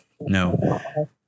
No